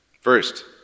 First